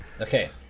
Okay